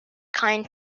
kind